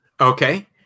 Okay